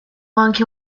anche